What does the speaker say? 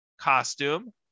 costume